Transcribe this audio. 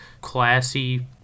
classy